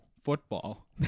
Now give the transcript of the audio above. football